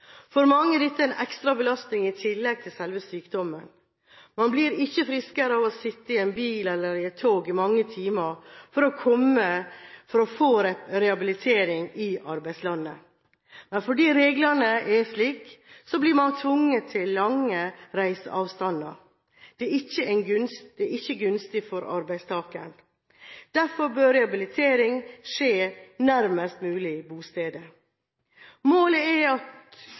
For mange er dette en ekstra belastning i tillegg til selve sykdommen. Man blir ikke friskere av å sitte i en bil eller på et tog i mange timer for å få rehabilitering i arbeidslandet. Men fordi reglene er slik, blir man tvunget til lange reiseavstander. Det er ikke gunstig for arbeidstakeren. Derfor bør rehabilitering skje nærmest mulig bostedet. Målet er jo at